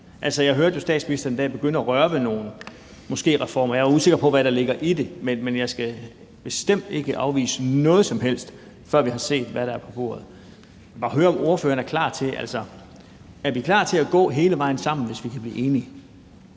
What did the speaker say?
jo, at statsministeren i dag måske begyndte at røre ved nogle reformer. Jeg er usikker på, hvad der ligger i det, men jeg skal bestemt ikke afvise noget som helst, før vi har set, hvad der er på bordet. Jeg vil bare høre, om ordføreren er klar til det. Altså, er vi klar til at gå hele vejen sammen, hvis vi kan blive enige?